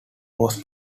was